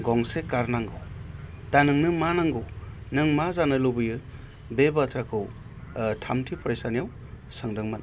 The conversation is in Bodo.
गंसे कार नांगौ दा नोंनो मा नांगौ नों मा जानो लुबैयो बे बाथ्राखौ थामथि फरायसानियाव सोंदोंमोन